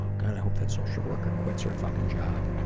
oh god, i hope that social worker quits her fuckin' job.